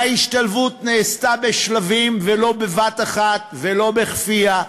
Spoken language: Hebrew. ההשתלבות נעשתה בשלבים ולא בבת-אחת ולא בכפייה.